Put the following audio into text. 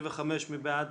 בעד